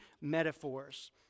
metaphors